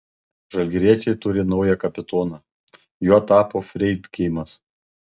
žalgiriečiai turi naują kapitoną juo tapo freidgeimas